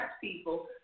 people